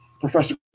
Professor